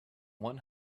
one